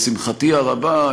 לשמחתי הרבה,